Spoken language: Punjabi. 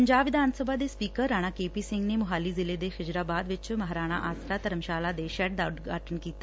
ਪੰਜਾਬ ਵਿਧਾਨ ਸਭਾ ਦੇ ਸਪੀਕਰ ਰਾਣਾ ਕੇਪੀ ਸਿੰਘ ਨੇ ਮੋਹਾਲੀ ਜ਼ਿਲ੍ਹੇ ਦੇ ਖਿਜ਼ਰਾਬਾਦ ਵਿੱਚ ਮਹਾਰਾਣਾ ਆਸਰਾ ਧਰਮਸ਼ਾਲਾ ਦੇ ਸ਼ੈੱਡ ਦਾ ਉਦਘਾਟਨ ਕੀਤਾ